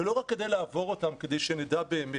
ולא רק כדי לעבור אותם, אלא כדי שנדע באמת.